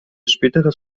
späteres